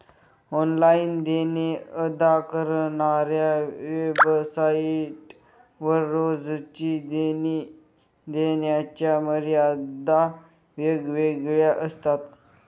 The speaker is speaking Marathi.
ऑनलाइन देणे अदा करणाऱ्या वेबसाइट वर रोजची देणी देण्याच्या मर्यादा वेगवेगळ्या असतात